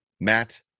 Matt